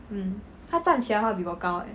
mm 他站起来会比我高 eh